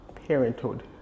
parenthood